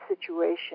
situation